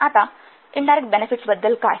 आता इनडायरेक्ट बेनेफिट्सबद्दल काय